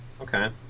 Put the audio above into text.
Okay